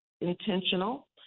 intentional